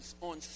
on